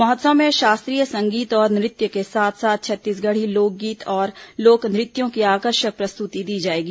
महोत्सव में शास्त्रीय संगीत और नृत्य के साथ साथ छत्तीसगढ़ी लोकगीत और लोक नृत्यों की आकर्षक प्रस्तुति दी जाएगी